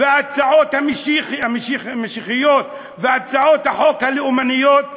ההצעות המשיחיות והצעות החוק הלאומניות,